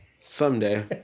someday